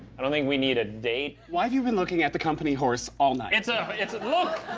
i don't think we need a date. why have you been looking at the company horse all night? it's ah it's a look!